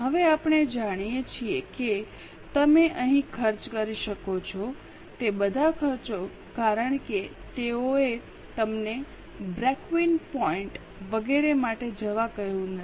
હવે આપણે જાણીએ છીએ કે તમે અહીં ખર્ચ કરી શકો છો તે બધા ખર્ચો કારણ કે તેઓએ અમને બ્રેકિવન પોઇન્ટ વગેરે માટે જવા કહ્યું નથી